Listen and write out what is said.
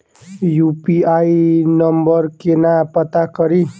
UPI number केना पत्ता कड़ी?